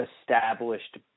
established